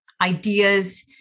ideas